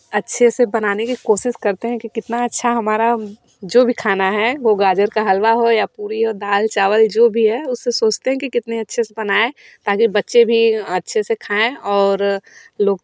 अच्छे से बनाने की कोशिश करते हैं कि कितना अच्छा हमारा जो भी खाना है वो गाजर का हलवा हो या पूरी हो दाल चावल जो भी है उससे सोचते हैं कि कितने अच्छे से बनाएँ ताकि बच्चे भी अच्छे से खाएँ और लोग